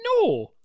No